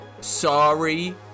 Sorry